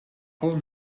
alle